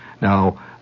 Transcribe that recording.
Now